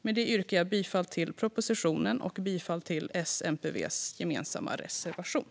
Med detta yrkar jag bifall till propositionen och till S, MP:s och V:s gemensamma reservation.